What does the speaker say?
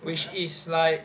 which is like